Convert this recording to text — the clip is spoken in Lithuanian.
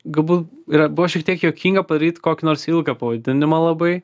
galbūt yra buvo šiek tiek juokinga padaryt kokį nors ilgą pavadinimą labai